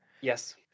Yes